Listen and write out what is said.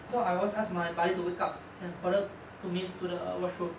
so I always ask my buddy to wake up and follow to me to the washroom